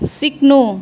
सिक्नु